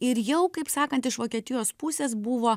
ir jau kaip sakant iš vokietijos pusės buvo